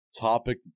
topic